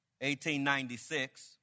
1896